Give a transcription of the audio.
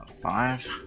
five